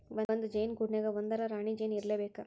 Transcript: ಒಂದ ಜೇನ ಗೂಡಿನ್ಯಾಗ ಒಂದರ ರಾಣಿ ಜೇನ ಇರಲೇಬೇಕ